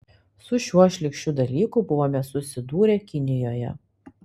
su šiuo šlykščiu dalyku buvome susidūrę kinijoje